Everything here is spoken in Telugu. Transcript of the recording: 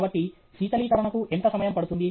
కాబట్టి శీతలీకరణకు ఎంత సమయం పడుతుంది